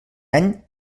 any